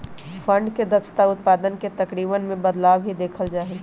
fund के दक्षता से उत्पाद के तरीकवन में बदलाव भी देखल जा हई